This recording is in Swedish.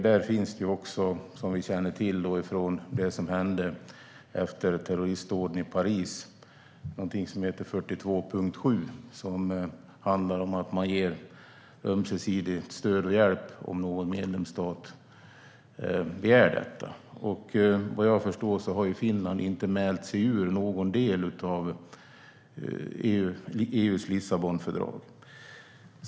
Där finns det, som vi känner till från det som hände efter terroristdåden i Paris, någonting som heter 42.7, som handlar om att man ömsesidigt ger stöd och hjälp om någon medlemsstat begär detta. Vad jag förstår har Finland inte mält sig ur någon del av EU:s Lissabonfördrag.